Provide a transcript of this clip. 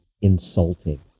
insulting